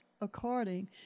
according